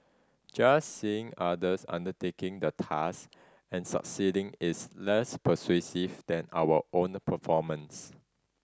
just seeing others undertaking the task and succeeding is less persuasive than our own performance